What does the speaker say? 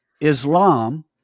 islam